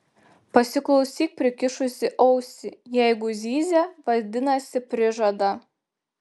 pasiklausyk prikišusi ausį jeigu zyzia vadinasi prižada